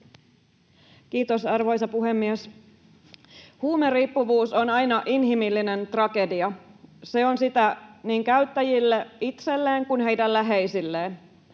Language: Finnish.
Kiitos, arvoisa puhemies! Huumeriippuvuus on aina inhimillinen tragedia. Se on sitä niin käyttäjille itselleen kuin heidän läheisilleen.